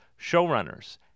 showrunners